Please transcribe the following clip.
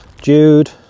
Jude